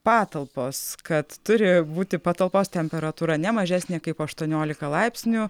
patalpos kad turi būti patalpos temperatūra ne mažesnė kaip aštuoniolika laipsnių